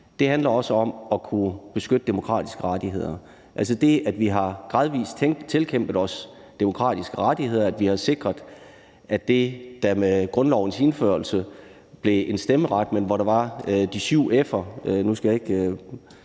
Danmark – også at kunne beskytte demokratiske rettigheder. Det er altså det, at vi gradvis har tilkæmpet os demokratiske rettigheder, og at vi har sikret, at det, der med grundlovens indførelse blev en stemmeret, men hvor der var de syv F'er – og nu skal jeg ikke